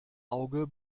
auge